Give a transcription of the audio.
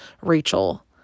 Rachel